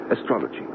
astrology